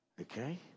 Okay